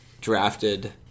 drafted